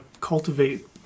cultivate